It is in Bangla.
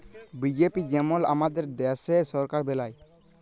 বিজেপি যেমল আমাদের দ্যাশের সরকার বেলায়